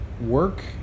work